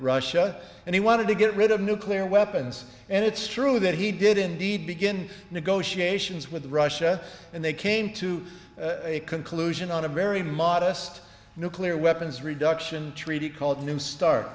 russia and he wanted to get rid of nuclear weapons and it's true that he did indeed begin negotiations with russia and they came to a conclusion on a very modest nuclear weapons reduction treaty called neustar